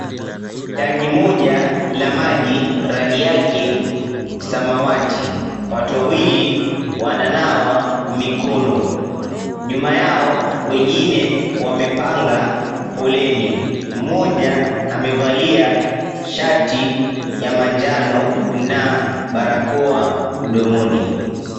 Tangi moja la maji yake samawati. Watu wawili wananawa mikono. Nyuma yao wengine wamepanga foleni, mmoja amevalia shati ya manjano na barakoa mdomoni.